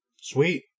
Sweet